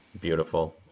Beautiful